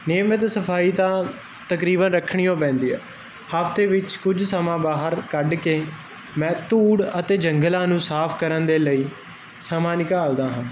ਨਿਯਮਿਤ ਸਫਾਈ ਤਾਂ ਤਕਰੀਬਨ ਰੱਖਣੀ ਉਹ ਪੈਂਦੀ ਆ ਹਫਤੇ ਵਿੱਚ ਕੁਝ ਸਮਾਂ ਬਾਹਰ ਕੱਢ ਕੇ ਮੈਂ ਧੂੜ ਅਤੇ ਜੰਗਲਾਂ ਨੂੰ ਸਾਫ ਕਰਨ ਦੇ ਲਈ ਸਮਾਂ ਨਿਕਾਲਦਾ ਹਾਂ